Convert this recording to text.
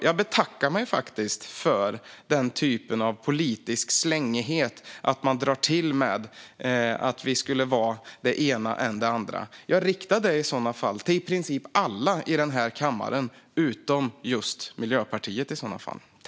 Jag betackar mig faktiskt för den typen av politisk slängighet att man drar till med att vi skulle vara än det ena, än det andra. Rikta det i så fall till i princip alla i den här kammaren utom just Miljöpartiet!